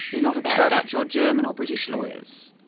they're not about dutch or german or british lawyers.